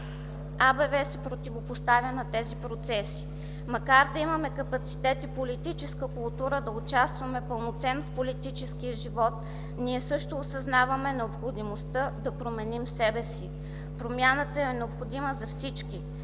АБВ се противопоставя на тези процеси. Макар да имаме капацитет и политическа култура да участваме пълноценно в политическия живот, ние също осъзнаваме необходимостта да променим себе си. Промяната е необходима за всички.